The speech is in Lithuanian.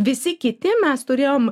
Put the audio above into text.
visi kiti mes turėjom